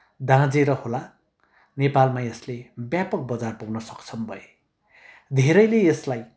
दाँजेर होला नेपालमा यसले व्यापक बजार पुग्न सक्षम भए धेरैले यसलाई